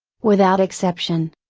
without exception,